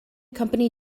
company